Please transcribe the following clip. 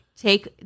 Take